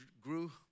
grew